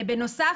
בנוסף,